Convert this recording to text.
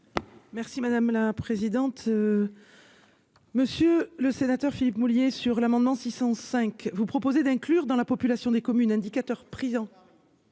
Merci madame la présidente. Monsieur le sénateur Philippe mouiller sur l'amendement 605 vous proposer d'inclure dans la population des communes indicateurs prison.